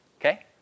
okay